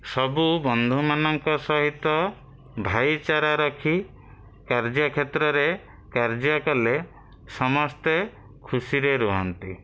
ସବୁ ବନ୍ଧୁମାନଙ୍କ ସହିତ ଭାଇଚାରା ରଖି କାର୍ଯ୍ୟକ୍ଷେତ୍ରରେ କାର୍ଯ୍ୟ କଲେ ସମସ୍ତେ ଖୁସିରେ ରୁହନ୍ତି